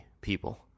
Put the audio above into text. people